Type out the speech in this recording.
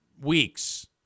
weeks